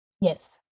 Yes